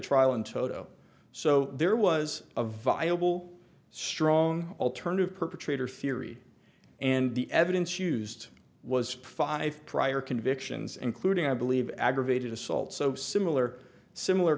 trial in toto so there was a viable strong alternative perpetrator theory and the evidence used was five prior convictions including i believe aggravated assault so similar similar